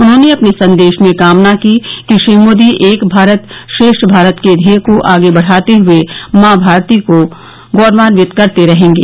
उन्होंने अपने संदेश में कामना की कि श्री मोदी एक भारत श्रेष्ठ भारत के ध्येय को आगे बढ़ाते हुये माँ भारती को गौरवान्वित करते रहेंगे